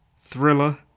thriller